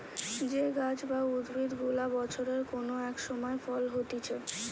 যে গাছ বা উদ্ভিদ গুলা বছরের কোন এক সময় ফল হতিছে